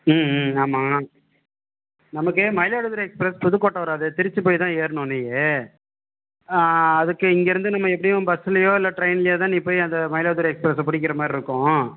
ம் ம் ஆமாம் நமக்கு மயிலாடுதுறை எக்ஸ்பிரஸ் புதுக்கோட்டை வராது திருச்சி போய் தான் ஏறணும் நீயி அதுக்கு இங்கேருந்து நம்ம எப்படியும் பஸ்ஸுலேயோ இல்லை ட்ரெயின்லேயோ தான் நீ போய் அந்த மயிலாடுதுறை எக்ஸ்பிரஸ்ஸை பிடிக்கிற மாதிரி இருக்கும்